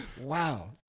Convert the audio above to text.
Wow